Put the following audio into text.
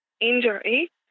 injury